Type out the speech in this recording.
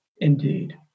indeed